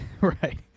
Right